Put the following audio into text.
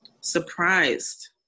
surprised